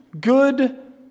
good